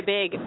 big